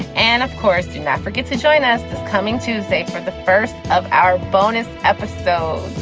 and of course, do not forget to join us this coming tuesday for the first of our bonus episode.